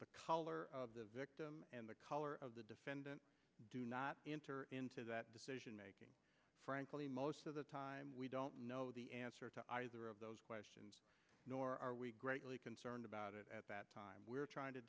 the color of the victim and the color of the defendant do not enter into that decision making frankly most of the time we don't know the answer to either of those questions nor are we greatly concerned about it at that time we're trying to